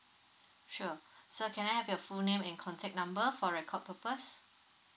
sure sir can I have your full name and contact number for record purpose